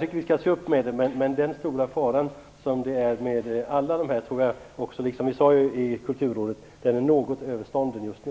tycker att vi skall se upp med detta, men den stora faran i detta sammanhang är, som vi har sagt i